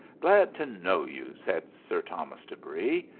glad to know you, said sir thomas de brie,